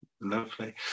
Lovely